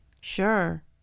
Sure